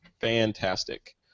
fantastic